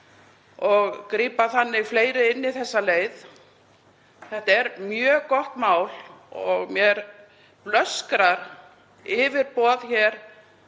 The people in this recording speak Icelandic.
og grípa þannig fleiri inn í þá leið. Þetta er mjög gott mál og mér blöskrar orðfæri